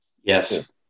Yes